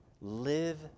Live